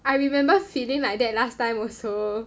I remember feeling like that last time also